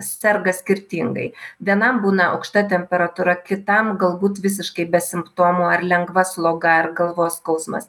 serga skirtingai vienam būna aukšta temperatūra kitam galbūt visiškai be simptomų ar lengva sloga ar galvos skausmas